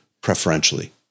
preferentially